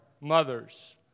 mothers